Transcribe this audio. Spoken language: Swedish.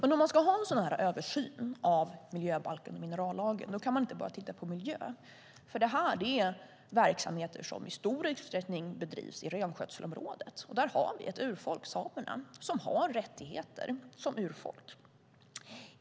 När man ska ha en sådan översyn av miljöbalken och minerallagen kan man inte bara titta på miljön. Detta är verksamheter som i stor utsträckning bedrivs i renskötselområdet. Där har vi ett urfolk, samerna, som har rättigheter som urfolk.